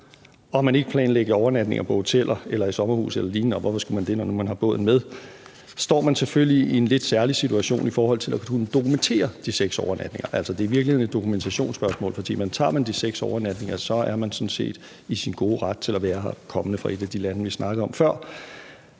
og man ikke planlægger overnatninger på hoteller eller i sommerhus eller lignende – og hvorfor skulle man det, når nu man har båden med – står man selvfølgelig i en lidt særlig situation i forhold til at kunne dokumentere de seks overnatninger. Altså, det er i virkeligheden et dokumentationsspørgsmål, for tager man de seks overnatninger, er man sådan set i sin gode ret til at være her, hvis man kommer fra et af de lande, vi snakkede om før.